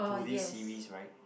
to this series right